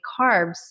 carbs